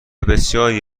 بسیاری